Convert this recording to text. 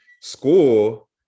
School